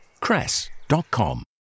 cress.com